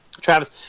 Travis